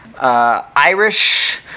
irish